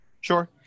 Sure